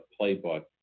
playbook